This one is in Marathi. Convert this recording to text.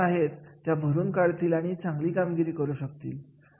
आणि या गुणांनुसार त्यांची वरिष्ठ पाथरी ठरवण्यात आले